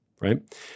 right